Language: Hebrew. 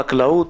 חקלאות,